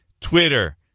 Twitter